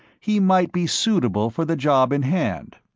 he might be suitable for the job in hand.